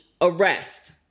arrest